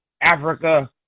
Africa